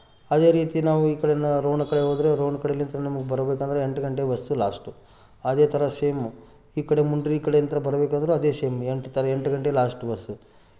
ಅದೇ ರೀತಿ ನಾವು ಈ ಕಡೆಯಿಂದ ರೋಣ ಕಡೆ ಹೋದ್ರೆ ರೋಣ ಕಡೆಲಿಂತಿಂದ ನಮಗೆ ಬರ್ಬೇಕೆಂದರೆ ಎಂಟು ಗಂಟೆ ಬಸ್ಸು ಲಾಸ್ಟು ಅದೇ ಥರ ಸೇಮ್ ಈ ಕಡೆ ಮುಂಡ್ರಿ ಕಡೆಯಿಂದ ಬರ್ಬೇಕೆಂದರು ಅದೇ ಸೇಮ್ ಎಂಟು ತರೆ ಎಂಟು ಗಂಟೆ ಲಾಸ್ಟ್ ಬಸ್